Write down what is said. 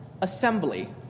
assembly